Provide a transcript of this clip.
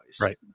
Right